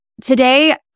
Today